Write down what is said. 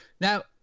now